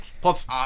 Plus